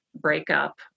breakup